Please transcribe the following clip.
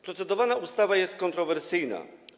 Procedowana ustawa jest kontrowersyjna.